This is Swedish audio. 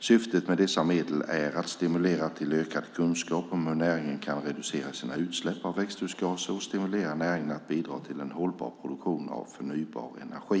Syftet med dessa medel är att stimulera till ökad kunskap om hur näringen kan reducera sina utsläpp av växthusgaser och stimulera näringen att bidra till en hållbar produktion av förnybar energi.